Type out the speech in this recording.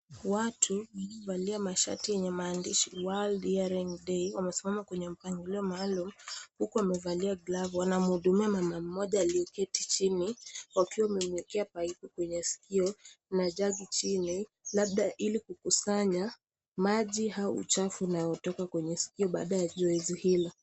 Watu wamevalia mashati yenye maandishi world hearing day wamesimama kwenye mpangilio maalum huku wamevalia glavu, wanamhudumia mama mmoja aliyeketi chini wakiwa wamemwekea paipu kwenye sikio na jagi chini labda ili kukusanya maji au uchafu unaotoka kwenye sikio baada ya zoezi hilo.